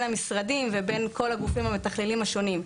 המשרדים ובין כל הגופים המתכללים השונים.